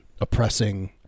oppressing